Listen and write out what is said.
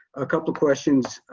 a couple of questions.